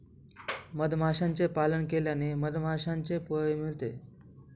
मधमाशांचे पालन केल्याने मधमाशांचे पोळे मिळते